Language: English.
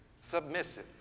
submissive